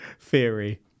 theory